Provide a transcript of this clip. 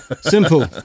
Simple